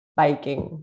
biking